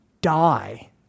die